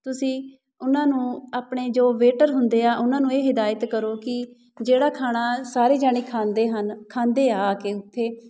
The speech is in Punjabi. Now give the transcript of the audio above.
ਤੁਸੀਂ ਉਹਨਾਂ ਨੂੰ ਆਪਣੇ ਜੋ ਵੇਟਰ ਹੁੰਦੇ ਆ ਉਹਨਾਂ ਨੂੰ ਇਹ ਹਿਦਾਇਤ ਕਰੋ ਕਿ ਜਿਹੜਾ ਖਾਣਾ ਸਾਰੇ ਜਣੇ ਖਾਂਦੇ ਹਨ ਖਾਂਦੇ ਆ ਆ ਕੇ ਉੱਥੇ